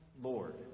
Lord